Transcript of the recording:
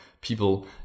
people